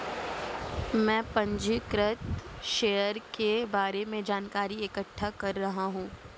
मैं पंजीकृत शेयर के बारे में जानकारी इकट्ठा कर रहा हूँ